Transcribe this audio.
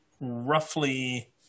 roughly